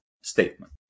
statement